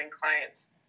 clients